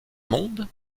monde